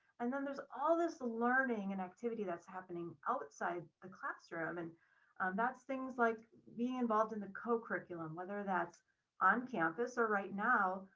and then there's all this learning and activity that's happening outside the classroom. and that's things like being involved in the co curriculum, whether that's on campus or right now,